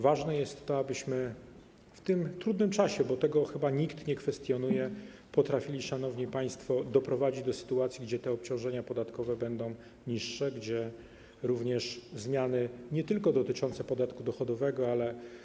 Ważne jest to, abyśmy w tym trudnym czasie, bo tego chyba nikt nie kwestionuje, potrafili, szanowni państwo, doprowadzić do sytuacji, gdzie obciążenia podatkowe będą niższe, gdzie również zmiany nie tylko dotyczące podatku dochodowego, ale.